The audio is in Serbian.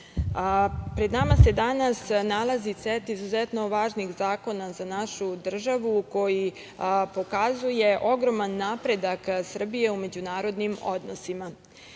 pred nama se danas nalazi set izuzetno važnih zakona za našu državu koji pokazuju ogroman napredak Srbije u međunarodnim odnosima.